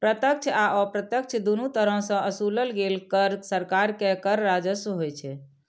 प्रत्यक्ष आ अप्रत्यक्ष, दुनू तरह सं ओसूलल गेल कर सरकार के कर राजस्व होइ छै